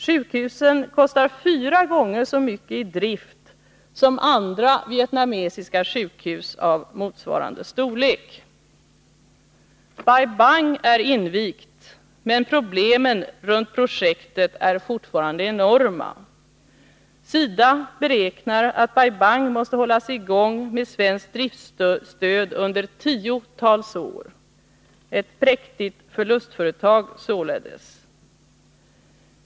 Sjukhusen kostar fyra gånger så mycket i drift som andra vietnamesiska sjukhus av motsvarande storlek. Bai Bang är invigt, men problemen runt projektet är fortfarande enorma. SIDA beräknar att Bai Bang måste hållas i gång med svenskt driftstöd under tiotals år. Ett präktigt förlustföretag således.